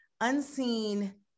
unseen